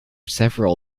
several